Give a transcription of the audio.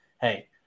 hey